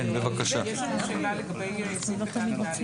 יש לנו שאלה לגבי סעיף קטן (ד).